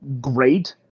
great